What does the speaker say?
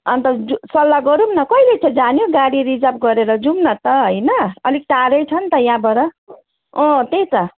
अन्त जाऊँ सल्लाह गरौँ न कहिले चाहिँ जाने हो गाडी रिजर्भ गरेर जाऊँ न त होइन अलिक टाढो छ नि त यहाँबाट त्यही त